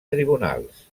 tribunals